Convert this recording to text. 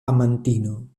amatino